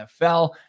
NFL